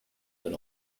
than